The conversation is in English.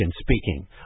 speaking